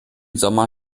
sommer